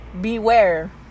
beware